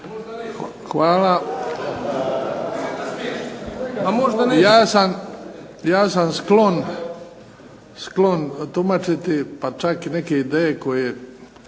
(HDZ)** Ja sam sklon tumačiti pa čak neke ideje koje